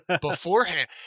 beforehand